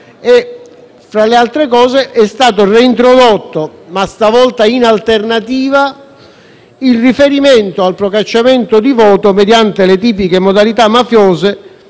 e, tra le altre cose, è stato reintrodotto - ma stavolta in alternativa - il riferimento al procacciamento di voto mediante le tipiche modalità mafiose,